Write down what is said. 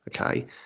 okay